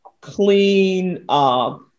clean